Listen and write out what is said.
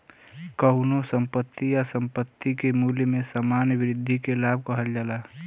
कउनो संपत्ति या संपत्ति के मूल्य में सामान्य वृद्धि के लाभ कहल जाला